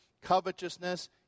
covetousness